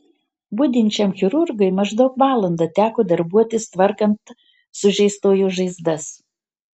budinčiam chirurgui maždaug valandą teko darbuotis tvarkant sužeistojo žaizdas